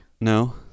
No